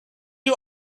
you